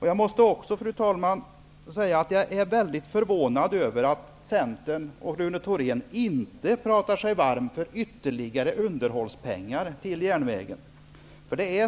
Jag är också väldigt förvånad, fru talman, över att Centern och Rune Thorén inte pratar sig varm för ytterligare underhållspengar till järnvägen.